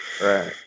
Right